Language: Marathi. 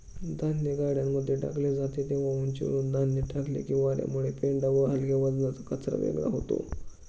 धान्य गाड्यांमध्ये टाकले जाते तेव्हा उंचीवरुन धान्य टाकले की वार्यामुळे पेंढा व हलक्या वजनाचा कचरा वेगळा होतो